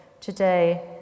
today